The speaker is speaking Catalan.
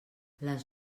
les